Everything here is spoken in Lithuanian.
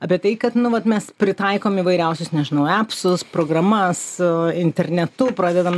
apie tai kad nu vat mes pritaikom įvairiausius nežinau apsus programas internetu pradedam